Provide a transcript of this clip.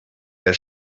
der